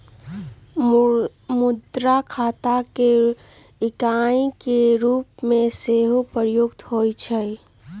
मुद्रा खता के इकाई के रूप में सेहो प्रयुक्त होइ छइ